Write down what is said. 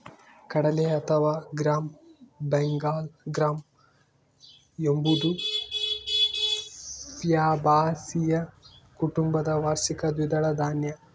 ಕಡಲೆ ಅಥವಾ gram Bengal gram ಎಂಬುದು ಫ್ಯಾಬಾಸಿಯ ಕುಟುಂಬದ ವಾರ್ಷಿಕ ದ್ವಿದಳ ಧಾನ್ಯ